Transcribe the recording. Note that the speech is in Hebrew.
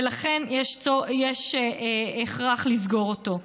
ולכן יש הכרח לסגור אותו.